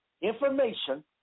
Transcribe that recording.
information